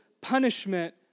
punishment